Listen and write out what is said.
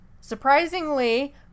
surprisingly